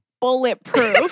bulletproof